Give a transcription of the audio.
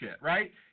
right